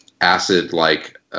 acid-like